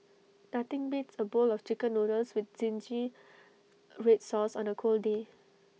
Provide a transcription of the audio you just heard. nothing beats A bowl of Chicken Noodles with Zingy Red Sauce on A cold day